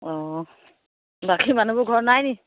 অঁ বাকী মানুহবোৰ ঘৰত নাই নেকি